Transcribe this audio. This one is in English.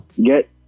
Get